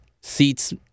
seats